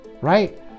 right